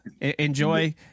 Enjoy